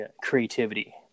creativity